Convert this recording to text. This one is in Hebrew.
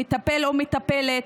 מטפל או מטפלת,